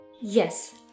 Yes